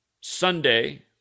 Sunday